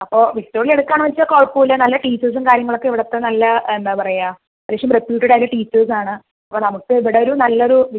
അപ്പോൾ വിക്ടോറിയ എടുക്കാണ് വെച്ചാൽ കുഴപ്പമില്ല നല്ല ടീച്ചേഴ്സും കാര്യങ്ങളൊക്കെ ഇവിടുത്തെ നല്ല എന്താ പറയുക ലേശം റെപ്യൂട്ടഡ് ആയിട്ടുള്ള ടീച്ചേർസ് ആണ് അപ്പോ നമുക്ക് ഇവിടെ ഒരു നല്ല ഒരു